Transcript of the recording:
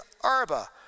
Arba